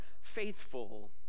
faithful